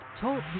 Talk